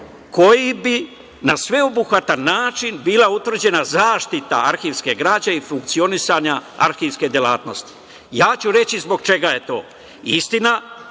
kojim bi na sveobuhvatan način bila utvrđena zaštita arhivske građe i funkcionisanje arhivske delatnosti. Ja ću reći zbog čega je to. Istina